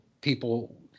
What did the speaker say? people